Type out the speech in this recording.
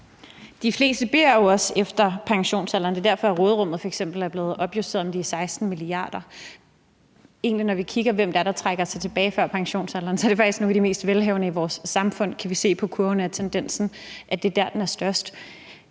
De fleste bliver jo også længere end til pensionsalderen. Det er derfor, at råderummet er opjusteret med de 16 mia. kr. Når vi kigger på, hvem det egentlig er, der trækker sig tilbage før pensionsalderen, er det faktisk nogle af de mest velhavende i vores samfund. Det kan ud fra kurven se er tendensen, altså at det er der, den er størst.